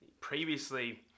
previously